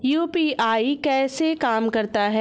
UPI कैसे काम करता है?